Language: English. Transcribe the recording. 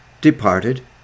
departed